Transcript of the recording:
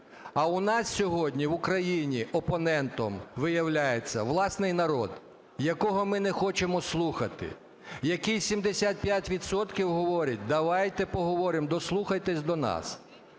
А у нас сьогодні в Україні опонентом виявляється власний народ, якого ми не хочемо слухати, який 75 відсотків говорить: давайте поговоримо, дослухайтесь до нас.